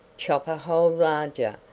chop a hole larger,